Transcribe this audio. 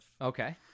Okay